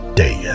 day